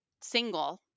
single